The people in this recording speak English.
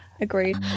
agreed